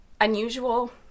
unusual